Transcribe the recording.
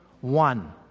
One